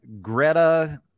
Greta